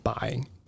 buying